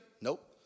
Nope